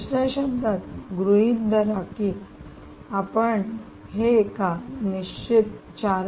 दुसर्या शब्दांत गृहित धरा की आपण हे एका निश्चित 4